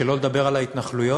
שלא לדבר על ההתנחלויות,